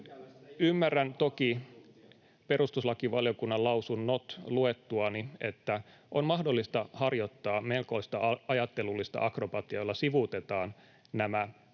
Ymmärrän toki perustuslakivaliokunnan lausunnot luettuani, että on mahdollista harjoittaa melkoista ajattelullista akrobatiaa, jolla sivuutetaan nämä Suomen